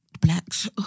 Blacks